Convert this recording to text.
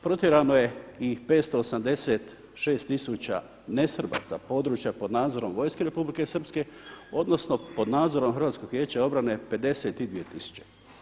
Protjerano je i 586 tisuća ne-Srba sa područja pod nadzorom vojske Republike srpske, odnosno pod nadzorom Hrvatskog vijeća odbrane 52 tisuće.